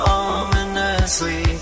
ominously